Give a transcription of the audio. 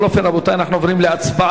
על כל פנים, רבותי, אנחנו עוברים להצבעה.